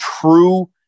true